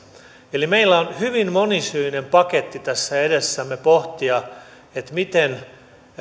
eli meillä on hyvin monisyinen paketti tässä edessämme pohtia miten